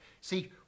See